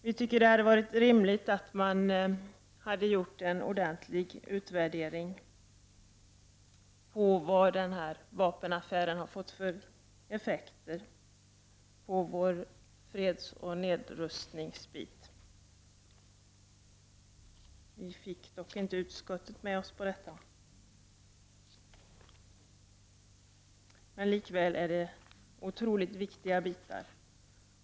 Vi tycker att det hade varit rimligt att göra en ordentlig utvärdering av vilka effekter vapenaffären har fått för fred och nedrustning. Vi fick dock inte utskottet med oss på detta. Likväl är det oerhört viktigt.